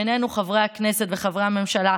בינינו חברי הכנסת וחברי הממשלה,